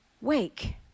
Wake